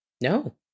No